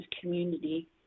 community